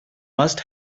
must